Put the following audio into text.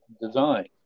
design